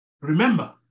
Remember